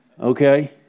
Okay